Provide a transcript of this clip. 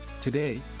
Today